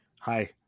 Hi